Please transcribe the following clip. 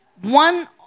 one